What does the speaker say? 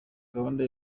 gahunda